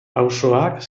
auzoak